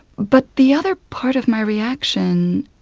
but the other part of my reaction,